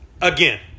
Again